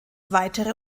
weitere